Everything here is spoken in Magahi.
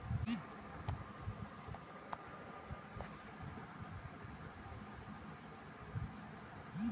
सुरजवा के खाता में चार लाख रुपइया हई